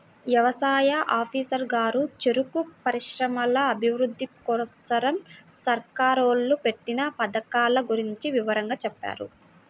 యవసాయ ఆఫీసరు గారు చెరుకు పరిశ్రమల అభిరుద్ధి కోసరం సర్కారోళ్ళు పెట్టిన పథకాల గురించి వివరంగా చెప్పారు